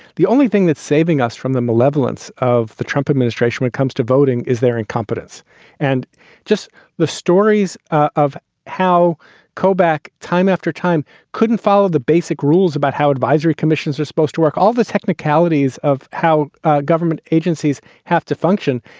the only thing that's saving us from the malevolence of the trump administration, it comes to voting is their incompetence and just the stories of how kobach. time after time couldn't follow the basic rules about how advisory commissions were supposed to work. all the technicalities of how government agencies have to function,